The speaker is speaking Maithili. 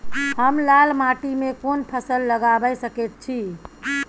हम लाल माटी में कोन फसल लगाबै सकेत छी?